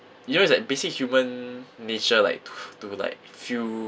you know is like basic human nature like to to like feel